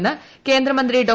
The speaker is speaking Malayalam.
എന്ന് കേന്ദ്രമന്ത്രി ഡോ